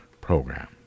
program